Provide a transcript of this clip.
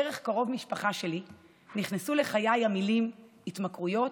דרך קרוב משפחה שלי נכנסו לחיי המילים "התמכרויות",